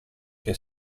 che